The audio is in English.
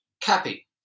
Cappy